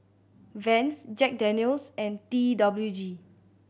Vans Jack Daniel's and T W G